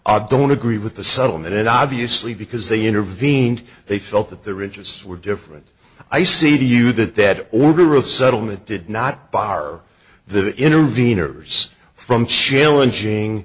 i don't agree with the settlement obviously because they intervened they felt that their interests were different i see to you that that order of settlement did not bar the interveners from challenging